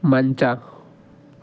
ಮಂಚ